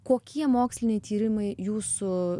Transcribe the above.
kokie moksliniai tyrimai jūsų